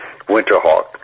winterhawk